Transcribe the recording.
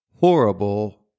horrible